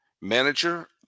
manager